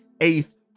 eighth